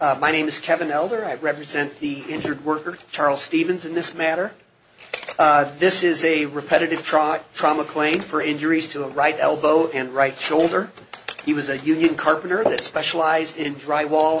counsel my name is kevin elder i represent the injured worker charles stevens in this matter this is a repetitive trot from a claim for injuries to a right elbow and right shoulder he was a union carpenter that specialized in dry wall